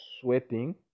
sweating